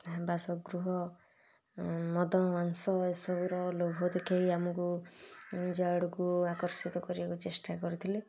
ବାସଗୃହ ମଦ ମାଂସ ଏସବୁ ର ଲୋଭ ଦେଖେଇ ଆମକୁ ନିଜ ଆଡ଼କୁ ଆକର୍ଷିତ କରିବାକୁ ଚେଷ୍ଟା କରିଥିଲେ